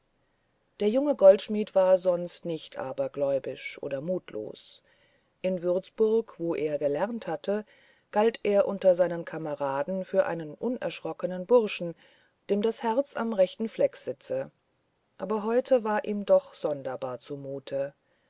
der junge goldschmidt war sonst nicht abergläubisch oder mutlos in würzburg wo er gelernt hatte galt er unter seinen kameraden für einen unerschrockenen burschen dem das herz am rechten fleck sitze aber heute war ihm doch sonderbar zumut